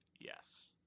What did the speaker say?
Yes